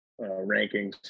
rankings